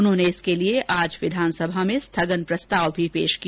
उन्होंने इसके लिए आज विधानसभा में स्थगन प्रस्ताव भी पेश किया